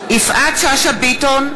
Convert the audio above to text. שאשא ביטון,